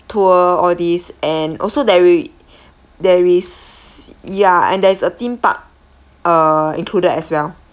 tour all these and also there is there is ya and there's a theme park uh included as well